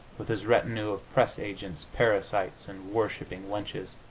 with his retinue of press-agents, parasites and worshipping wenches